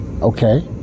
okay